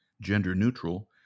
gender-neutral